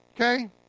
Okay